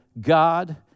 God